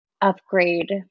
upgrade